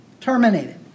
Terminated